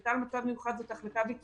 החלטה על מצב מיוחד היא החלטה ביטחונית.